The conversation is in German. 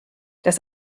das